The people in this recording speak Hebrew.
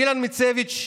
אילן מיצביץ'